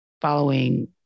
following